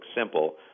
simple